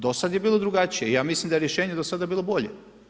Do sad je bilo drugačije i ja mislim da je rješenje do sada bilo bolje.